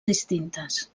distintes